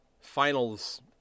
finals